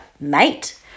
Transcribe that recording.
mate